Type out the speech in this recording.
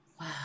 Wow